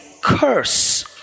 curse